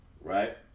Right